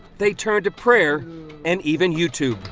they turned to prayer and even youtube.